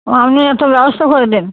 আপনি একটা ব্যবস্থা করে দিন